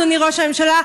אדוני ראש הממשלה,